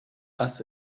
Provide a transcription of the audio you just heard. ass